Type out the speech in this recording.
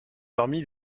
parmi